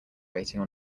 waiting